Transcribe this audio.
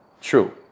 True